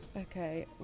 Okay